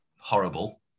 horrible